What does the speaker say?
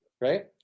Right